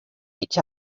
each